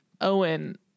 owen